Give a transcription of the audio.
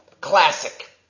Classic